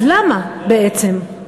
אז למה בעצם?